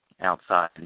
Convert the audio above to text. outside